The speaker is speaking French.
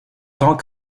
tant